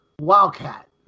Wildcat